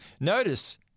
Notice